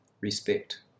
respect